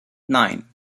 nine